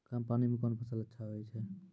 कम पानी म कोन फसल अच्छाहोय छै?